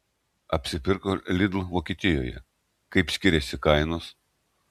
apsipirko lidl vokietijoje kaip skiriasi kainos